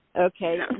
Okay